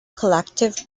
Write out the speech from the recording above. collective